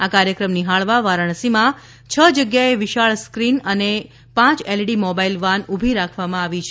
આ કાર્યક્રમ નિહાળવા વારાણસીમાં છ જગ્યાએ વિશાળ સ્ક્રિન અને પાંચ એલઈડી મોબાઈલ વાન ઉભી રાખવામાં આવી છે